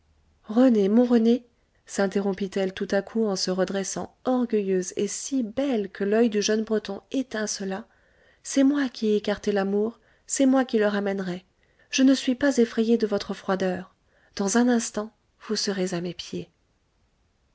rené mon rené sinterrompit elle tout à coup en se redressant orgueilleuse et si belle que l'oeil du jeune breton étincela c'est moi qui ai écarté l'amour c'est moi qui le ramènerai je ne suis pas effrayée de votre froideur dans un instant vous serez à mes pieds